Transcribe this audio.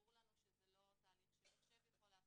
ברור לנו שזה לא תהליך שמחשב יכול לעשות,